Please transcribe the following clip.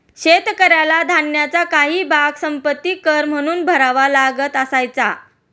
शेतकऱ्याला धान्याचा काही भाग संपत्ति कर म्हणून भरावा लागत असायचा